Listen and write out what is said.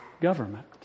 government